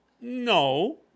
No